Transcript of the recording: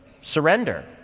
surrender